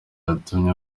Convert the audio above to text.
yatumye